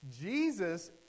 Jesus